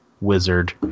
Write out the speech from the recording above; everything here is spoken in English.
wizard